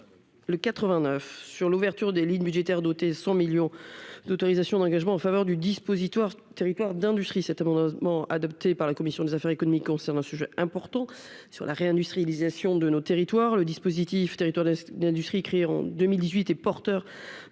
le 89 sur l'ouverture des lignes budgétaires doté son millions d'autorisations d'engagement en faveur du dispositif territoires d'industrie cet amendement adopté par la commission des affaires économiques concernant un sujet important sur la réindustrialisation de nos territoires, le dispositif territoires d'industrie créé en 2018 et porteur